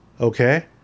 okay